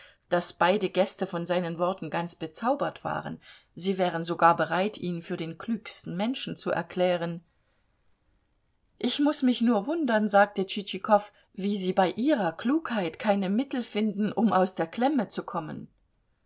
daß beide gäste von seinen worten ganz bezaubert waren sie wären sogar bereit ihn für den klügsten menschen zu erklären ich muß mich nur wundern sagte tschitschikow wie sie bei ihrer klugheit keine mittel finden um aus der klemme zu kommen